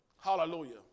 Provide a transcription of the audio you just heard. Hallelujah